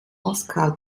moskau